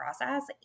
process